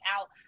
out